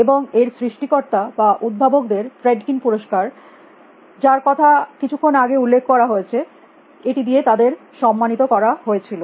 এবং এর সৃষ্টিকর্তা বা উদ্ভাবক দের ফ্রেডকিন পুরস্কার দিয়ে যার কথা কিছু ক্ষণ আগে উল্লেখ করা হয়েছে তাদের সম্মাnatural নিত করা হয়েছিল